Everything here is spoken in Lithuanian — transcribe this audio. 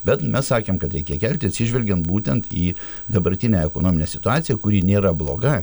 bet mes sakėm kad reikia kelti atsižvelgiant būtent į dabartinę ekonominę situaciją kuri nėra bloga